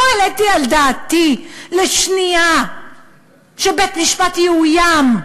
לא העליתי על דעתי לשנייה שבית-משפט יאוים.